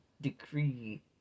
decree